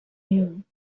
you